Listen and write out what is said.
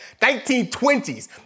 1920s